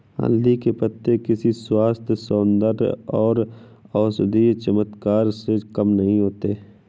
हल्दी के पत्ते किसी स्वास्थ्य, सौंदर्य और औषधीय चमत्कार से कम नहीं होते